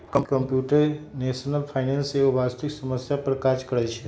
computational finance एगो वास्तविक समस्या पर काज करइ छै